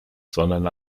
sondern